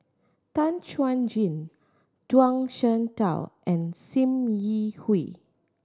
Tan Chuan Jin Zhuang Shengtao and Sim Yi Hui